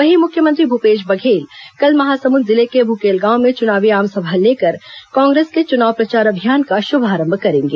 वहीं मुख्यमंत्री भूपेश बघेल कल महासमुंद जिले के भूकेल गांव में चुनावी आमसभा लेकर कांग्रेस के चुनाव प्रचार अभियान का शुभारंभ करेंगे